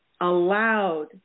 allowed